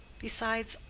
besides,